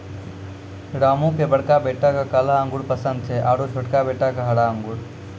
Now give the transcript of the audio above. रामू के बड़का बेटा क काला अंगूर पसंद छै आरो छोटका बेटा क हरा अंगूर